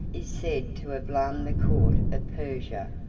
is said to have alarmed the court of persia,